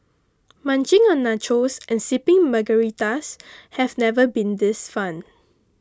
munching on nachos and sipping Margaritas have never been this fun